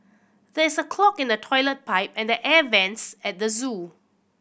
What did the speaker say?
there is a clog in the toilet pipe and the air vents at the zoo